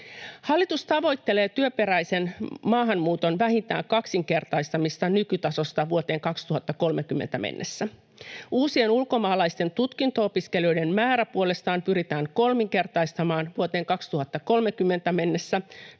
Hallitus tavoittelee työperäisen maahanmuuton vähintään kaksinkertaistamista nykytasosta vuoteen 2030 mennessä. Uusien ulkomaalaisten tutkinto-opiskelijoiden määrä puolestaan pyritään kolminkertaistamaan vuoteen 2030 mennessä